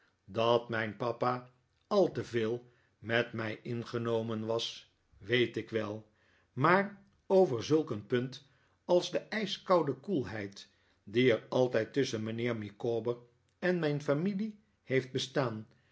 dat mijn papa al te veel met mij ingenomen was weet ik wel maar over zulk een punt als de ijskoude koelheid die er altijd tusschen mijnheer micawber en mijn familie heeft bestaan